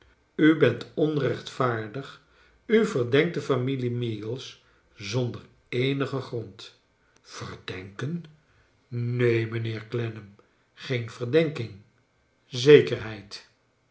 u bent onrechtvaardig u verdenkt de familie meagles zonder eenigen grond verdenken neen mijnheer clennam geen verdenking zekerheid